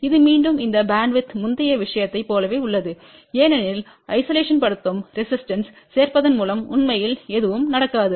இது மீண்டும் இந்த பேண்ட்வித் முந்தைய விஷயத்தைப் போலவே உள்ளது ஏனெனில் ஐசோலேஷன்ப்படுத்தும் ரெசிஸ்டன்ஸ்பைச் சேர்ப்பதன் மூலம் உண்மையில் எதுவும் நடக்காது